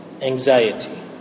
anxiety